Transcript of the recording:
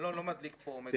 אני לא מדליק פה מדורות.